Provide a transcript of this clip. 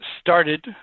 started